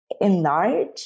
enlarge